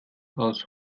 aus